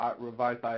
revised